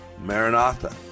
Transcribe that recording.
Maranatha